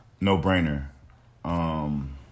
No-brainer